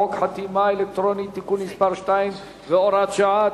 בחוק חתימה אלקטרונית (תיקון מס' 2 והוראת שעה),